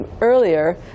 earlier